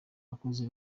bakozi